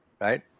right